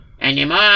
anymore